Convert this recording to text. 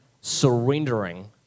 surrendering